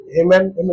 Amen